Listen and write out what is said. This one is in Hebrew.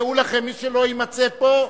דעו לכם, מי שלא יימצא פה,